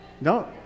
no